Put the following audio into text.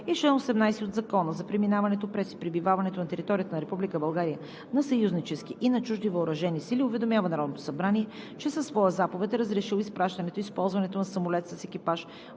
и чл. 18 от Закона за преминаването през и пребиваването на територията на Република България на съюзнически и на чужди въоръжени сили уведомява Народното събрание, че със своя заповед е разрешил изпращането и използването на самолет с екипаж